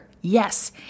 Yes